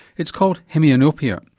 it's called hemianopia.